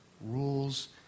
rules